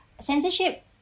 censorship